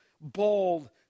bold